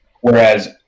Whereas